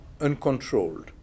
uncontrolled